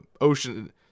Ocean